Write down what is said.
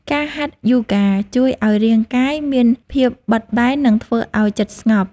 ការហាត់ យូហ្គា ជួយឱ្យរាងកាយមានភាពបត់បែន និងធ្វើឲ្យចិត្តស្ងប់។